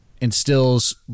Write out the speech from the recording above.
instills